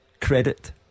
credit